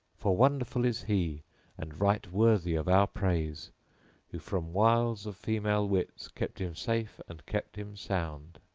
for wonderful is he and right worthy of our praise who from wiles of female wits kept him safe and kept him sound.